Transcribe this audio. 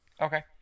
Okay